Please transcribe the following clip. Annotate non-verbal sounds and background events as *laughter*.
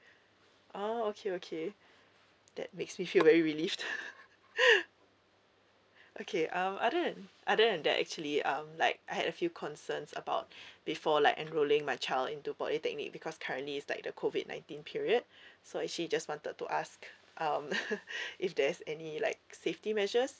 oh okay okay that makes me feel very relieved *laughs* okay um other other than that actually um like I had a few concerns about before like enrolling my child into polytechnic because currently it's like the COVID nineteen period so she just wanted to ask um if there's any like safety measures